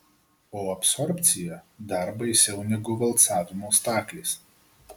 o absorbcija dar baisiau negu valcavimo staklės